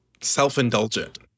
self-indulgent